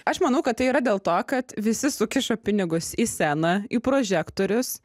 aš manau kad tai yra dėl to kad visi sukiša pinigus į sceną į prožektorius